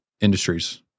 industries